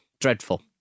dreadful